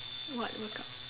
what workouts